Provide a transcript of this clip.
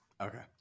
Okay